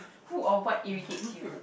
who or what irritate you